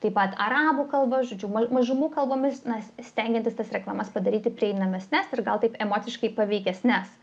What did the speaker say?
taip pat arabų kalba žodžiu mal mažumų kalbomis na stengiantis tas reklamas padaryti prieinamesnes ir gal taip emociškai paveikesnes